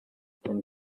then